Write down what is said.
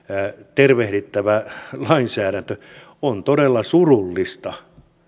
tervehdittävä lainsäädäntö on todella surullista